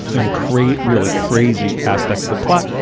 and crazy really crazy aspect of the plot.